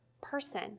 person